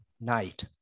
Night